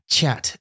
Chat